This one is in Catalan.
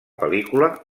pel·lícula